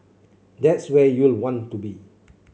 that's where you'll want to be